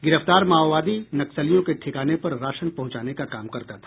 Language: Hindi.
गिरफ्तार माओवादी नक्सलियों के ठिकाने पर राशन पहुंचाने का काम करता था